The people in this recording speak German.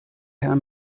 herr